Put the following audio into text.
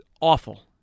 awful